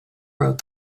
wrote